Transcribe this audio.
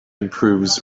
improves